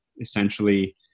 essentially